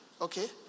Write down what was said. okay